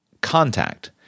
contact